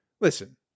Listen